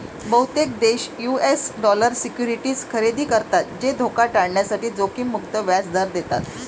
बहुतेक देश US dollar securities खरेदी करतात जे धोका टाळण्यासाठी जोखीम मुक्त व्याज दर देतात